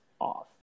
off